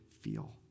feel